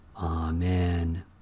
Amen